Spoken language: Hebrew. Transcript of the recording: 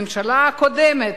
הממשלה הקודמת,